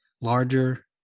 larger